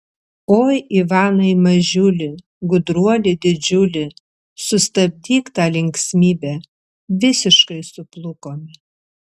oi ivanai mažiuli gudruoli didžiuli sustabdyk tą linksmybę visiškai suplukome